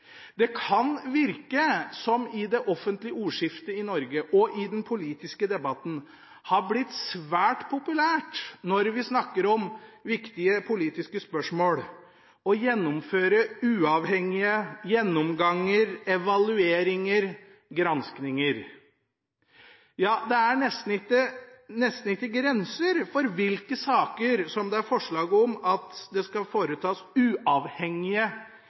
Det kan virke som det i det offentlige ordskiftet og den politiske debatten i Norge har blitt svært populært når vi snakker om viktige politiske spørsmål, å gjennomføre uavhengige gjennomganger, evalueringer og granskninger. Ja, det er nesten ikke grenser for hvilke saker som det er forslag om at det skal foretas uavhengige